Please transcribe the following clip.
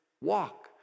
walk